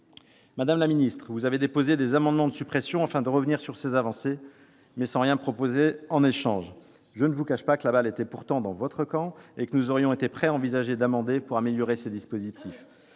Madame la ministre, vous avez déposé des amendements de suppression afin de revenir sur ces avancées, mais sans rien proposer en échange. Je ne vous le cache pas, la balle était pourtant dans votre camp ! Nous aurions été prêts à envisager d'amender, pour améliorer ces dispositifs